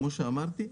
כמו שאמרתי,